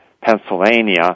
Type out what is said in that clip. Pennsylvania